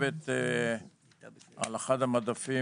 ששוכבת על אחד המדפים